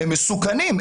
הם מסוכנים,